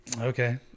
Okay